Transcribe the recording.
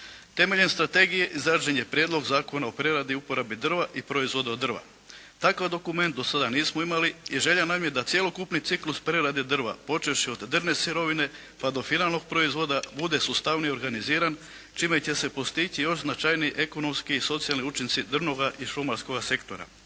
Temeljem strategije izrađen je Prijedlog zakona o preradi i uporabi drva i proizvoda od drva. Takav dokument do sada nismo imali i želja nam je da cjelokupni ciklus prerade drva, počevši od drvne sirovine pa do finalnog proizvoda, bude sustavnije organiziran čime će se postići još značajniji ekonomski i socijalni učinci drvnoga i šumarskoga sektora.